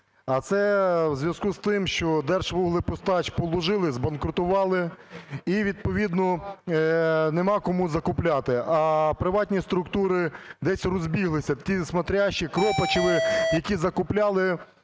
А це у зв'язку з тим, що "Держвуглепостач" "положили", збанкрутували, і відповідно нема кому закупляти, а приватні структури десь розбіглися. Ті "смотрящіє" Кропачови , які закупляли,